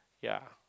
ya